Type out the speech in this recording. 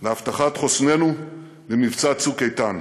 להבטחת חוסננו במבצע "צוק איתן".